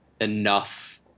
enough